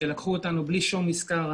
לקחו אותנו בלי שום מזכר.